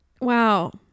Wow